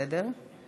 בסדר.